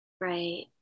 Right